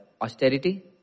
austerity